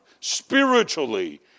spiritually